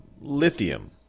lithium